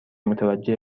متوجه